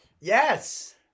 yes